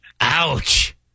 Ouch